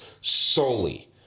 solely